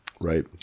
Right